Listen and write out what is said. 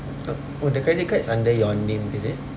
oh the credit card is under your name is it